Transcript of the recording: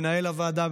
מנהל הוועדה,